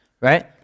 right